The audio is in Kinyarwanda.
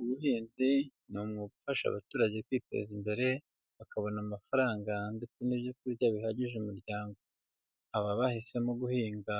Ubuhinzi ni umwuga ufasha abaturage kwiteza imbere, bakabona amafaranga ndetse n'ibyo kurya bihagije umuryango. Aba bahisemo guhinga